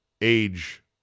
age